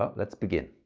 ah let's begin.